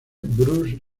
bruce